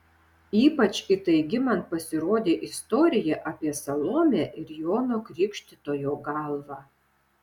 ypač įtaigi man pasirodė istorija apie salomę ir jono krikštytojo galvą